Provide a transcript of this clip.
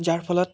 যাৰ ফলত